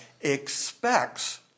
expects